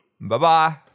Bye-bye